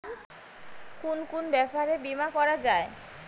কুন কুন ব্যাপারে বীমা করা যায়?